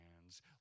hands